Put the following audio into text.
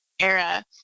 era